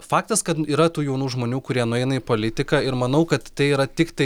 faktas kad yra tų jaunų žmonių kurie nueina į politiką ir manau kad tai yra tiktai